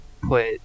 put